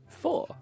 four